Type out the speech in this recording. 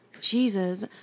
Jesus